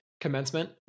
commencement